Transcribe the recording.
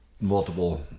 multiple